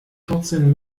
vierzehn